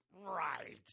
right